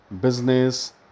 business